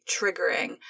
triggering